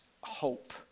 hope